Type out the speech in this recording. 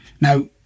now